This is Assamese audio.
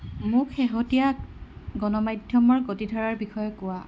মোক শেহতীয়া গণমাধ্যমৰ গতিধাৰাৰ বিষয়ে কোৱা